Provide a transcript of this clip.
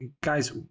guys